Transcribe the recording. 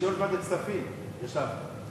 כיושב-ראש ועדת הכספים ישבת.